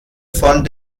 von